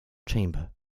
chamber